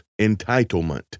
entitlement